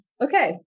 Okay